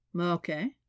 Okay